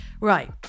Right